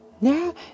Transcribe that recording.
Now